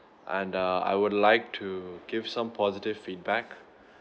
and uh I would like to give some positive feedback